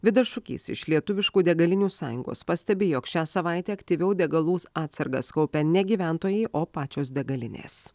vidas šukys iš lietuviškų degalinių sąjungos pastebi jog šią savaitę aktyviau degalų atsargas kaupia ne gyventojai o pačios degalinės